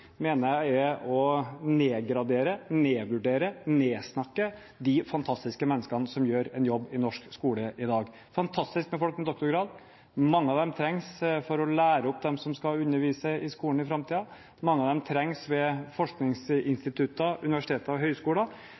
mener jeg er å nedgradere, nedvurdere og nedsnakke de fantastiske menneskene som gjør en jobb i norsk skole i dag. Det er fantastisk med folk med doktorgrad. Mange av dem trengs for å lære opp dem som skal undervise i skolen i framtiden. Mange av dem trengs ved forskningsinstitutter, universiteter og høyskoler.